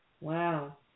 Wow